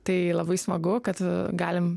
tai labai smagu kad galim